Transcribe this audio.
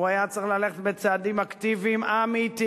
הוא היה צריך ללכת בצעדים אקטיביים אמיתיים